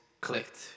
clicked